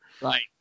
Right